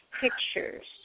pictures